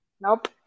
nope